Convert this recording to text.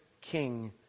king